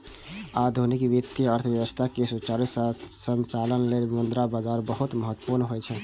आधुनिक वित्तीय अर्थव्यवस्था के सुचारू संचालन लेल मुद्रा बाजार बहुत महत्वपूर्ण होइ छै